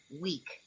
Week